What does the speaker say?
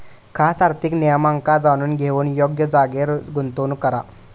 खास आर्थिक नियमांका जाणून घेऊन योग्य जागेर गुंतवणूक करा